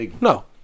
No